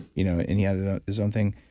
you know and he added ah his own thing.